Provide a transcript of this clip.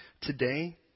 Today